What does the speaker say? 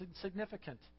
significant